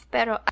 Pero